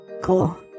Cool